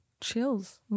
Chills